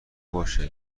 باشه